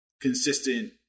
consistent